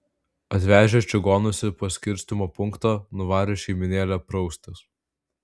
atvežę čigonus į paskirstymo punktą nuvarė šeimynėlę praustis